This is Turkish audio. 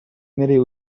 nereye